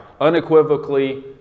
unequivocally